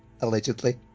allegedly